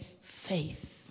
faith